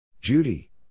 Judy